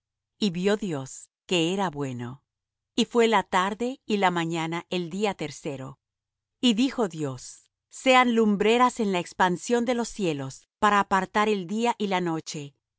y vió dios que era bueno y fué la tarde y la mañana el día tercero y dijo dios sean lumbreras en la expansión de los cielos para apartar el día y la noche